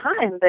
time